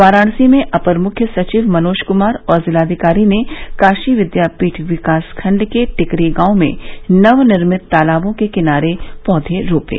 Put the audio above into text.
वाराणसी में अपर मुख्य सचिव मनोज कुमार और जिलाधिकारी ने काशी विद्यापीठ विकास खंड के टिकरी गांव में नवनिर्मित तालाबों के किनारे पौधे रोपे